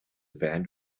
band